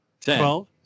Twelve